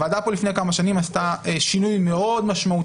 הוועדה פה לפני כמה שנים עשתה שינוי מאוד משמעותי